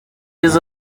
izo